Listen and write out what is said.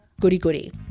goody-goody